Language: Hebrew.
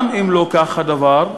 גם אם לא כך הדבר,